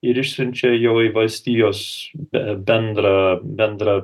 ir išsiunčia jau į valstijos be bendrą bendrą